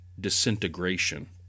disintegration